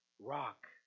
rock